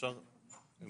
אחזור.